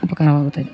ಉಪಕಾರವಾಗುತ್ತದೆ